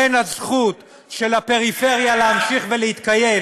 בין הזכות של הפריפריה להמשיך ולהתקיים